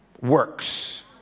works